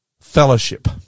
fellowship